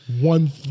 One